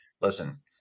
listen